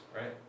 right